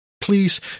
please